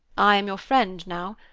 i am your friend, now,